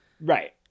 Right